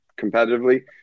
competitively